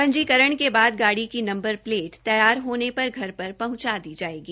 पंजीकरण के बाद गाड़ी की नंबर प्लेट तैयार होने पर धर पर पहंचा दीजायेगी